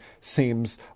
seems